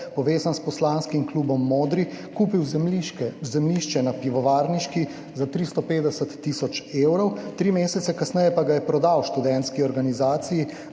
povezan s poslanskim klubom Modri, kupil zemljišče na Pivovarniški za 350 tisoč evrov, tri mesece kasneje pa ga je prodal Študentski organizaciji